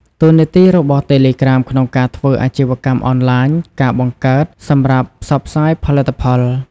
តួនាទីរបស់តេឡេក្រាមក្នុងការធ្វើអាជីវកម្មអនឡាញ ការបង្កើត សម្រាប់ផ្សព្វផ្សាយផលិតផល